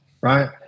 Right